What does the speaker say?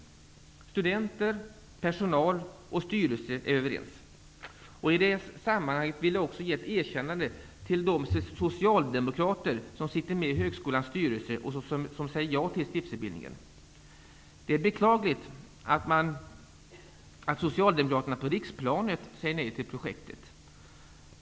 Studenter, personal och styrelse är överens. I det sammanhanget vill jag ge ett erkännande till de socialdemokrater som sitter med i högskolans styrelse och som säger ja till stiftelsebildningen. Det är beklagligt att Socialdemokraterna på riksplanet säger nej till projektet.